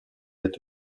est